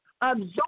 Absorb